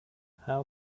how